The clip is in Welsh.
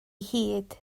hid